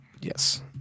Yes